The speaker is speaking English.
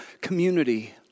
community